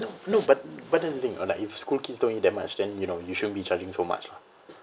no no but but then the thing or like if school kids don't eat that much then you know you shouldn't be charging so much lah